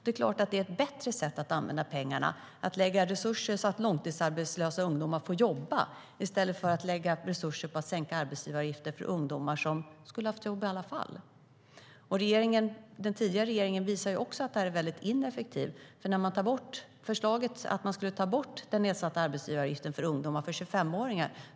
Det är klart att det är ett bättre sätt att använda pengarna: att lägga resurser på att se till att långtidsarbetslösa ungdomar får jobba i stället för att lägga resurser på att sänka arbetsgivaravgifter för ungdomar som skulle ha haft jobb i alla fall. Den tidigare regeringen visade också att det här är väldigt ineffektivt. Det kom ett förslag om att ta bort nedsättningen av arbetsgivaravgiften för 25-åringar.